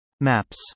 Maps